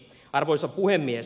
arvoisa puhemies